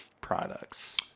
products